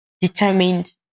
determined